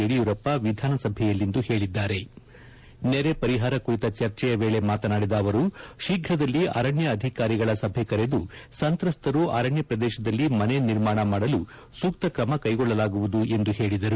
ಯಡಿಯೂರಪ್ಪ ವಿಧಾನ ಸಭೆಯಲ್ಲಿಂದು ಹೇಳಿದ್ದಾರೆ ನೆರೆ ಪರಿಹಾರ ಕುರಿತ ಚರ್ಚೆಯ ವೇಳೆ ಮಾತನಾಡಿದ ಅವರು ಶೀಫ್ರದಲ್ಲಿ ಅರಣ್ಯ ಅಧಿಕಾರಿಗಳ ಸಭೆ ಕರೆದು ಸಂತ್ರಸ್ತರು ಅರಣ್ಯ ಪ್ರದೇಶದಲ್ಲಿ ಮನೆ ನಿರ್ಮಾಣ ಮಾಡಲು ಸೂಕ್ತ ಕ್ರಮ ಕೈಗೊಳ್ಳಲಾಗುವುದು ಎಂದು ತಿಳಿಸಿದರು